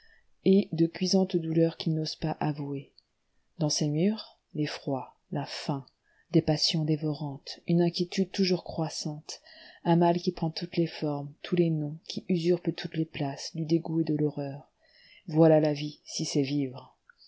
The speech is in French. et de cuisantes douleurs qu'il n'ose pas avouer dans ces murs l'effroi la faim des passions dévorantes une inquiétude toujours croissante un mal qui prend toutes les formes tous les noms qui usurpe toutes les places du dégoût et de l'horreur voilà la vie si c'est vivre